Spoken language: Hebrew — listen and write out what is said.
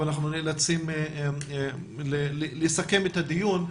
ואנחנו נאלצים לסכם את הדיון.